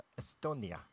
Estonia